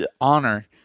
honor